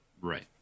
Right